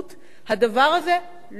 הדבר הזה לא קיים יותר.